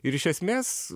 ir iš esmės